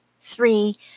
three